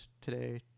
today